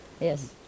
yes